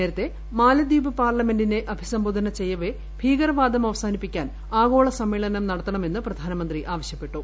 നേരത്തെ മാലിദ്വീപ് പാർലമെന്റിനെ അഭിസംബോധന ചെയ്യവെ ഭീകരവാദം അവസാനിപ്പിക്കാൻ ആഗോള സമ്മേളനം നടത്തണമെന്ന് പ്രധാനമന്ത്രി ആവശ്യപ്പെട്ടു